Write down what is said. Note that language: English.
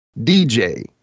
DJ